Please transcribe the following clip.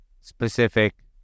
specific